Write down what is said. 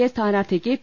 A സ്ഥാനാർത്ഥിക്ക് P